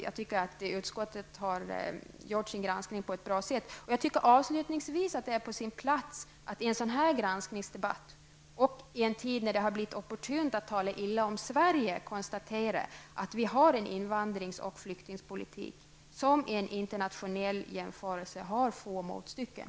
Jag tycker att utskottet har skött granskningen på ett bra sätt. Jag tycker avslutningsvis att det är på sin plats att i en sådan här granskningsdebatt och i en tid när det har blivit opportunt att tala illa om Sverige konstatera att vi har drivit en invandringsoch flyktingspolitik, som i en internationell jämförelse har få motstycken.